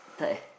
thirty